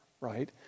right